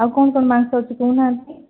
ଆଉ କ'ଣ କ'ଣ ମାଂସ ଅଛି କହୁନାହାଁନ୍ତି